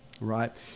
Right